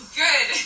good